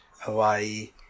hawaii